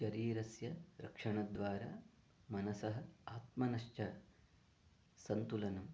शरीरस्य रक्षणद्वारा मनसः आत्मनश्च सन्तुलनम्